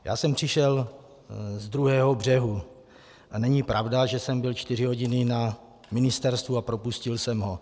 Já jsem přišel ze druhého břehu a není pravda, že jsem byl čtyři hodiny na ministerstvu a propustil jsem ho.